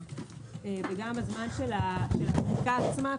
וגם הזמן של הפריקה עצמה,